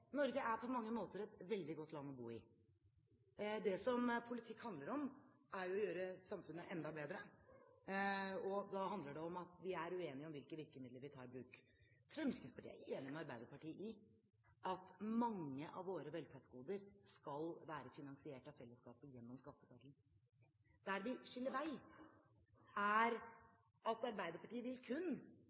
Norge er på mange måter et veldig godt land å bo i. Det politikk handler om, er jo å gjøre samfunnet enda bedre. Da handler det om at vi er uenige om hvilke virkemidler vi vil ta i bruk. Fremskrittspartiet er enig med Arbeiderpartiet i at mange av våre velferdsgoder skal være finansiert av fellesskapet gjennom skatteseddelen. Der vi skiller lag, er at Arbeiderpartiet kun vil